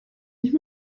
nicht